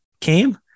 came